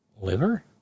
Liver